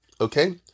okay